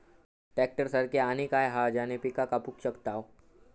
Tractor सारखा आणि काय हा ज्याने पीका कापू शकताव?